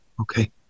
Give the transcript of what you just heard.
Okay